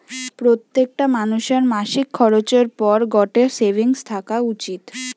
প্রত্যেকটা মানুষের মাসিক খরচের পর গটে সেভিংস থাকা উচিত